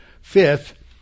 Fifth